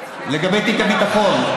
לגבי תיק הביטחון.